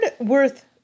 worth